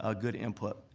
ah good input.